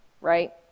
right